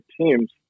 teams